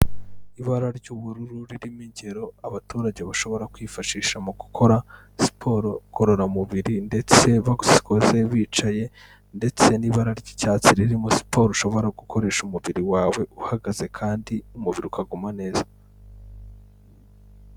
Ibara ry'ubururu ririmo ingero abaturage bashobora kwifashisha mu gukora siporo ngororamubiri, ndetse bazikose wicaye ndetse n'ibara ry'icyatsi ririmo siporo ushobora gukoresha umubiri wawe uhagaze kandi umubiri ukaguma neza.